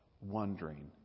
wondering